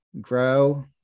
grow